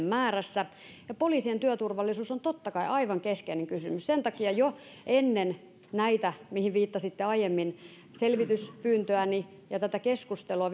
määrässä ja poliisien työturvallisuus on totta kai aivan keskeinen kysymys sen takia jo ennen näitä mihin viittasitte aiemmin ennen selvityspyyntöäni ja tätä keskustelua